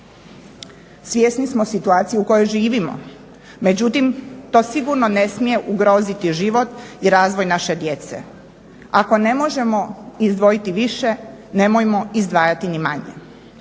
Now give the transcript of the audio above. Svjesni smo situacije u kojoj živimo, međutim to sigurno ne smije ugroziti život i razvoj naše djece. Ako ne možemo izdvojiti više nemojmo izdvajati ni manje.